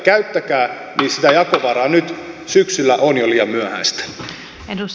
käyttäkää sitä jakovaraa nyt syksyllä on jo liian myöhäistä